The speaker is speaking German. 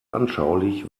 anschaulich